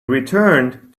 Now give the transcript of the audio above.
returned